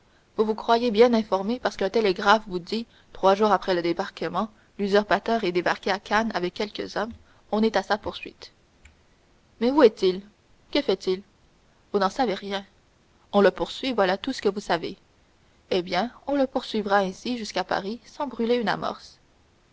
vous croyez bien informé parce qu'un télégraphe vous dit trois jours après le débarquement l'usurpateur est débarqué à cannes avec quelques hommes on est à sa poursuite mais où est-il que fait-il vous n'en savez rien on le poursuit voilà tout ce que vous savez eh bien on le poursuivra ainsi jusqu'à paris sans brûler une amorce